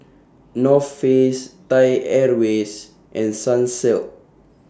North Face Thai Airways and Sunsilk